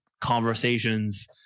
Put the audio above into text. conversations